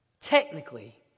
Technically